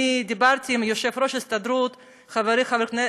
אני דיברתי עם יושב-ראש ההסתדרות חברי חבר הכנסת,